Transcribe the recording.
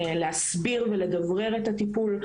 להסביר ולדברר את הטיפול,